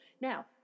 Now